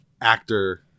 actor